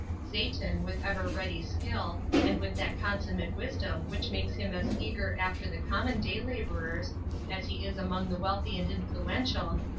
satan, with ever-ready skill, and with that consummate wisdom which makes him as eager after the common day laborers as he is among the wealthy and influential,